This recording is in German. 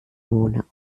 ohne